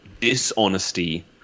dishonesty